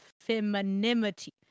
femininity